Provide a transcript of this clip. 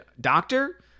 doctor